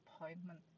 appointment